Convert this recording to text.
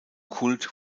kult